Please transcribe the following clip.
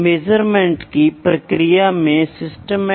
माप कितना जटिल है